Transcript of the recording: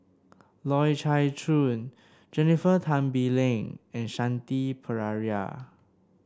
Loy Chye Chuan Jennifer Tan Bee Leng and Shanti Pereira